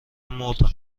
مردم